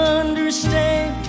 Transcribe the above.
understand